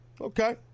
Okay